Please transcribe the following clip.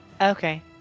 Okay